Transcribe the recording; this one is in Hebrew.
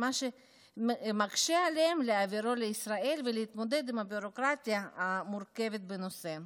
מה שמקשה עליהם להעבירו לישראל ולהתמודד עם הביורוקרטיה המורכבת בנושא.